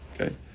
Okay